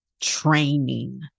training